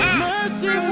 mercy